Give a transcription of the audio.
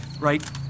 Right